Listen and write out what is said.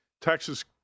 Texas